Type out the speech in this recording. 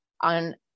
on